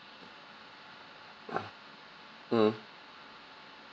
mm